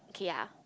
okay ah